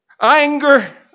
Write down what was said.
anger